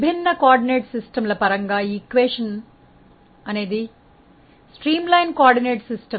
విభిన్న సమన్వయ వ్యవస్థ ల పరంగా సమీకరణం అనేది స్ట్రీమ్లైన్ సమన్వయ వ్యవస్థ